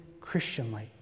Christianly